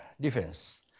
defense